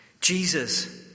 Jesus